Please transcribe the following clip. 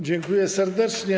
Dziękuję serdecznie.